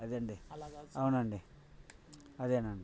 అదండీ అవునండి అదేనండీ